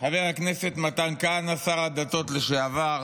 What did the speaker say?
חבר הכנסת מתן כהנא שר הדתות לשעבר,